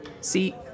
see